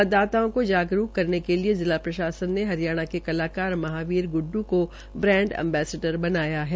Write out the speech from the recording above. मतदाताओं को जागरूक करने के लिए जिला प्रशासन ने हरियाणा के कलाकार महावीर ग्डड् का ब्रेंडअंबेसडर बनाया है